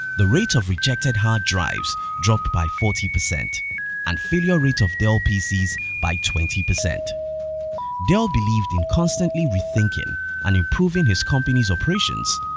the rate of rejected hard drives dropped by forty percent and failure rate of dell pcs, by twenty. dell believed in constantly rethinking and improving his company's operations,